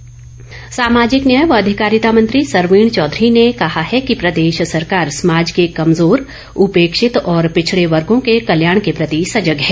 सरवीण चौधरी सामाजिक न्याय व अधिकारिता मंत्री सरवीण चौघरी ने कहा है कि प्रदेश सरकार समाज के कमजोर उपेक्षित और पिछड़े वर्गो के कल्याण के प्रति सजग है